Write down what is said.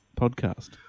podcast